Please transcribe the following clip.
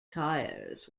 tyres